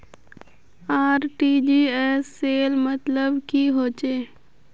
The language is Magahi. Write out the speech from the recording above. आर.टी.जी.एस सेल मतलब की होचए?